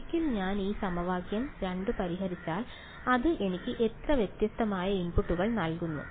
ഒരിക്കൽ ഞാൻ സമവാക്യം 2 പരിഹരിച്ചാൽ അത് എനിക്ക് എത്ര വ്യത്യസ്തമായ ഇൻപുട്ടുകൾ നൽകുന്നു